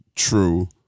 true